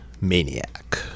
Maniac